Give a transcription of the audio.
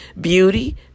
beauty